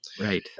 Right